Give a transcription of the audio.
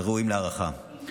ראויים להערכה.